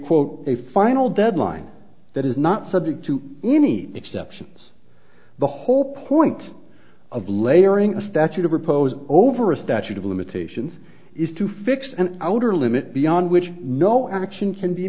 quote a final deadline that is not subject to any exceptions the whole point of layering a statute of repose over a statute of limitations is to fix an outer limit beyond which no action can be